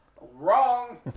Wrong